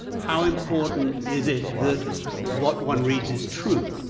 how important is it that what one reads is true?